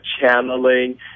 channeling